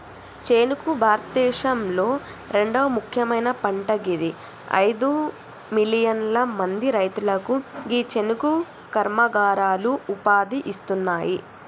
చెఱుకు భారతదేశంలొ రెండవ ముఖ్యమైన పంట గిది అయిదు మిలియన్ల మంది రైతులకు గీ చెఱుకు కర్మాగారాలు ఉపాధి ఇస్తున్నాయి